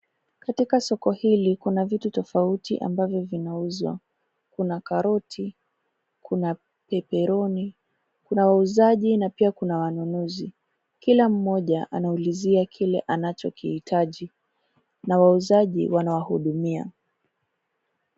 Katika soko hili, kuna vitu tofauti ambavyo vinauzwa . Kuna karoti, kuna peperoni, kuna wauzaji na pia kuna wanunuzi. Kila mmoja anaulizia kile anachokihitaji na wauzaji wanawahudumia.